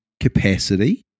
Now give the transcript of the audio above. capacity